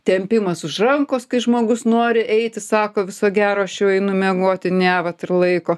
tempimas už rankos kai žmogus nori eiti sako viso gero aš jau einu miegoti ne vat ir laiko